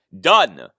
done